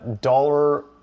dollar